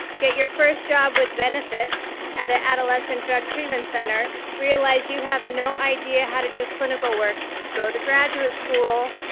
get your first job with benefits at an adolescent drug treatment center. realize you have no idea how to do clinical work. go to graduate school.